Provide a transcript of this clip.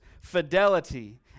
fidelity